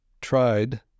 tried